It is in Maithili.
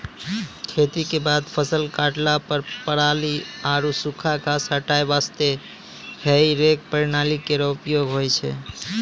खेती क बाद फसल काटला पर पराली आरु सूखा घास हटाय वास्ते हेई रेक प्रणाली केरो उपयोग होय छै